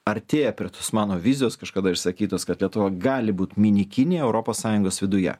artėja prie tos mano vizijos kažkada išsakytos kad lietuva gali būt mini kinija europos sąjungos viduje